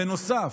בנוסף,